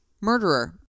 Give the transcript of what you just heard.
murderer